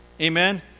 Amen